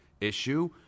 issue